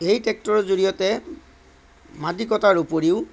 এই ট্ৰেক্টৰৰ জৰিয়তে মাটি কটাৰ উপৰিও